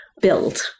build